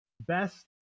best